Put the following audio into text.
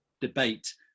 debate